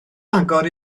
agor